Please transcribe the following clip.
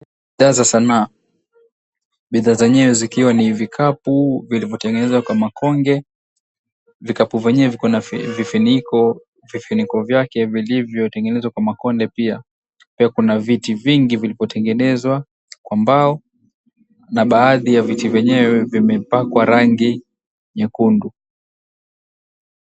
Bidhaa za sanaa. Bidhaa zenyewe zikiwa ni vikapu vilivyotengenezwa kwa makonge. Vikapu vyenyewe viko na vifuniko. Vifuniko vyake vilivyotengenezwa kwa makonde pia. pia Kuna viti vingi vilivyotengenezwa kwa mbao na baadhi ya viti vyenyewe vimepakwa rangi nyekundu.